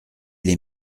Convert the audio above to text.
les